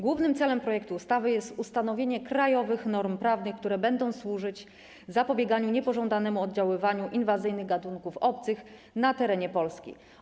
Głównym celem projektu ustawy jest ustanowienie krajowych norm prawnych, które będą służyć zapobieganiu niepożądanemu oddziaływaniu inwazyjnych gatunków obcych na terenie Polski.